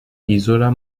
isola